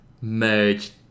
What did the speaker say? Merged